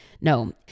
No